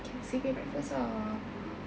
K_F_C punya breakfast ah